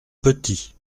petit